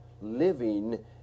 living